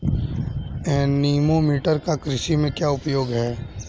Anemometer का कृषि में क्या उपयोग है?